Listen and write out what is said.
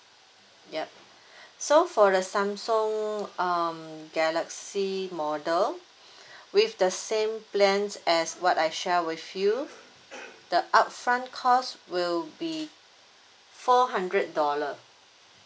yup so for the Samsung um galaxy model with the same plan as what I shared with you the upfront cost will be four hundred dollar